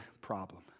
problem